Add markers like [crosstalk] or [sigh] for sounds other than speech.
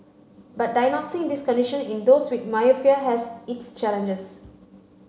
but diagnosing this condition in those with [unintelligible] has its challenges